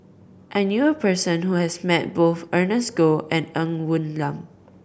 I knew a person who has met both Ernest Goh and Ng Woon Lam